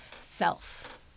self